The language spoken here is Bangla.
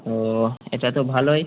ও এটা তো ভালোই